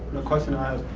the question i